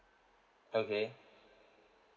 okay